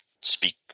speak